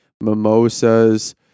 mimosas